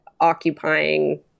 occupying